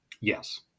Yes